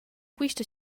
quista